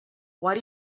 why